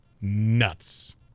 nuts